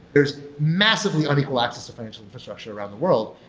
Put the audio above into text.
there's massively unequal access to financial infrastructure around the world,